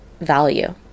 value